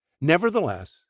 Nevertheless